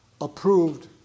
approved